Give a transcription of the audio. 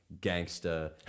gangster